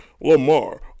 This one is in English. Lamar